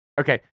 okay